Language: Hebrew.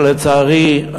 שלצערי,